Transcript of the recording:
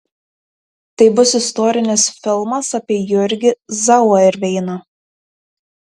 tai bus istorinis filmas apie jurgį zauerveiną